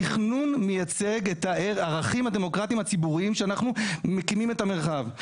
תכנון מייצג את הערכים הדמוקרטים הציבוריים שאנחנו מקימים בהם את המחרב.